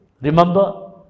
Remember